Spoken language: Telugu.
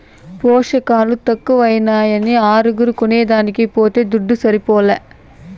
పోసకాలు తక్కువైనాయని అగరు కొనేదానికి పోతే దుడ్డు సరిపోలా